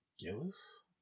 Gillis